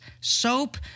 soap